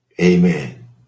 Amen